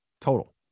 total